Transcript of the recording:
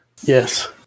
Yes